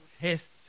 test